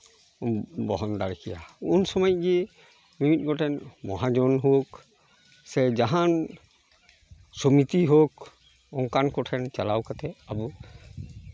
ᱵᱚᱦᱚᱱ ᱫᱟᱲᱮ ᱠᱮᱭᱟ ᱩᱱ ᱥᱚᱢᱚᱭ ᱜᱮ ᱢᱤᱢᱤᱫ ᱜᱚᱴᱮᱱ ᱢᱚᱦᱟᱡᱚᱱ ᱦᱳᱠ ᱥᱮ ᱡᱟᱦᱟᱱ ᱥᱚᱢᱤᱛᱤ ᱦᱳᱠ ᱚᱱᱠᱟᱱ ᱠᱚᱴᱷᱮᱱ ᱪᱟᱞᱟᱣ ᱠᱟᱛᱮᱫ ᱟᱵᱚ